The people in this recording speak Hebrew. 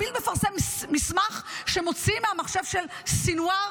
ה"בילד" מפרסם מסמך שמוציאים מהמחשב של סנוואר,